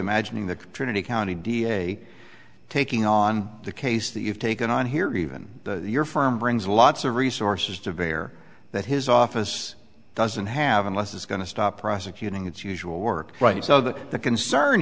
imagining the trinity county d a taking on the case that you've taken on here even though your firm brings lots of resources to bear that his office doesn't have unless it's going to stop prosecuting its usual work right so that the concern